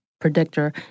predictor